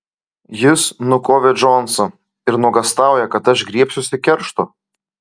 jis nukovė džonsą ir nuogąstauja kad aš griebsiuosi keršto